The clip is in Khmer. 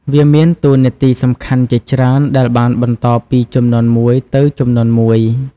វាមានតួនាទីសំខាន់ជាច្រើនដែលបានបន្តពីជំនាន់មួយទៅជំនាន់មួយ។